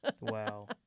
wow